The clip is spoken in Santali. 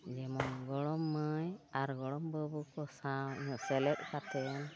ᱡᱮᱢᱚᱱ ᱜᱚᱲᱚᱢ ᱢᱟᱹᱭ ᱟᱨ ᱜᱚᱲᱚᱢ ᱵᱟᱹᱵᱩ ᱠᱚ ᱥᱟᱶ ᱤᱧᱟᱹᱜ ᱥᱮᱞᱮᱫ ᱠᱟᱛᱮ